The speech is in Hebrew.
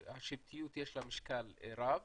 לשבטיות יש משקל רב